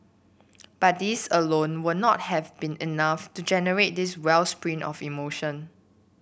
but these alone would not have been enough to generate this wellspring of emotion